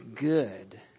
good